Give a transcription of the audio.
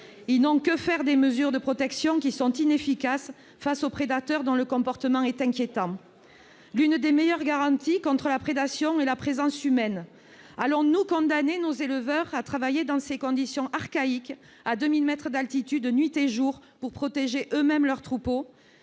Ils n'ont que faire des mesures de protection, qui sont inefficaces face aux prédateurs dont le comportement est inquiétant. L'une des meilleures garanties contre la prédation est la présence humaine. Allons-nous, alors, condamner nos éleveurs à travailler dans des conditions archaïques, à 2 000 mètres d'altitude, nuit et jour, pour protéger eux-mêmes leurs troupeaux ?